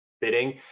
bidding